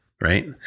Right